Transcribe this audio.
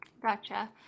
Gotcha